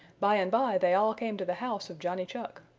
by and by they all came to the house of johnny chuck.